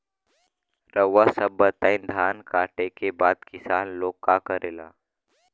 रउआ सभ बताई धान कांटेके बाद किसान लोग का करेला?